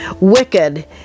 Wicked